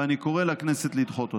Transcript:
ואני קורא לכנסת לדחות אותה.